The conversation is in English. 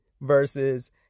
Versus